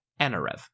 Anarev